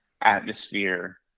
atmosphere